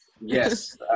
yes